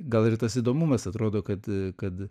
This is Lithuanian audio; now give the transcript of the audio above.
gal ir tas įdomumas atrodo kad kad